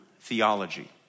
theology